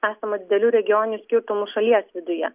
esama didelių regioninių skirtumų šalies viduje